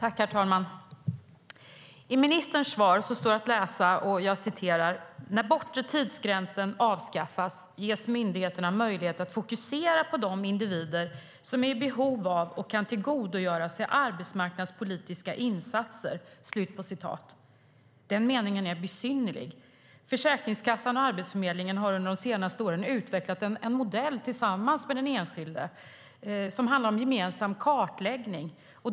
Herr talman! I ministerns svar står det att läsa:Den meningen är besynnerlig. Försäkringskassan och Arbetsförmedlingen har under de senaste åren utvecklat en modell tillsammans med den enskilde som handlar om gemensam kartläggning.